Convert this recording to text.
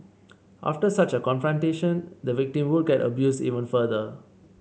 after such a confrontation the victim would get abused even further